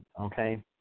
okay